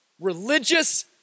Religious